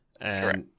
Correct